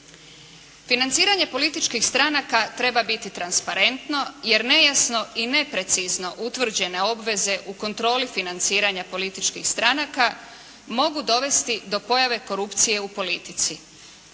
Financiranje političkih stranaka treba biti transparentno, jer nejasno i neprecizno utvrđene obveze u kontroli financiranja političkih stranaka mogu dovesti do pojave korupcije u politici.